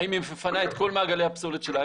האם היא מפנה את כל מעגלי הפסולת שלה?